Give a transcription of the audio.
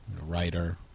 writer